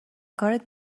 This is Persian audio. کارت